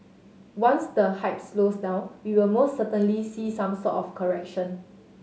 once the hype slows down we will most certainly see some sort of correction